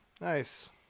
Nice